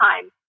time